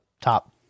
top